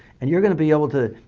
and you're going to be able to.